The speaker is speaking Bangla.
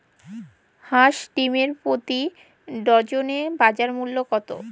হাঁস ডিমের প্রতি ডজনে বাজার মূল্য কত?